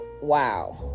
Wow